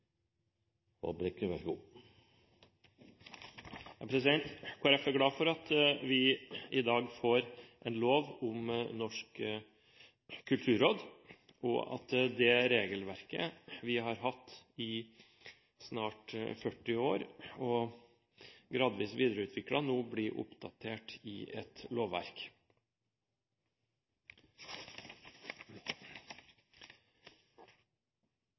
om Norsk kulturråd. Kristelig Folkeparti er glad for at vi i dag får en lov om Norsk kulturråd, og at det regelverket vi har hatt i snart 40 år og gradvis videreutviklet, nå blir oppdatert i et lovverk.